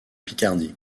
picardie